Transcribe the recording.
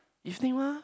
evening mah